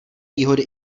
výhody